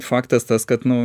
faktas tas kad nu